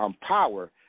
power